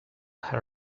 her